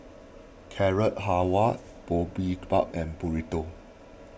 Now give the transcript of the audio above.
Carrot Halwa Boribap and Burrito